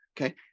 okay